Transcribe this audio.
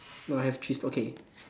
no I have three st~ okay